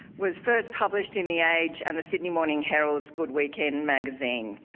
was first published in the age and the sydney morning herald's good weekend and magazine.